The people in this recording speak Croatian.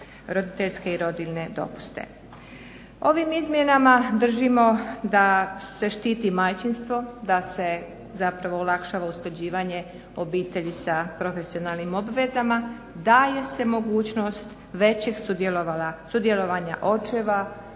roditeljske i rodiljne dopuste. Ovim izmjenama držimo da se štiti majčinstvo, da se zapravo olakšava usklađivanje obitelji sa profesionalnim obvezama, daje se mogućnost većih sudjelovanja očeva